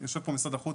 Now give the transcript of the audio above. יושב פה משרד החוץ.